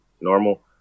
normal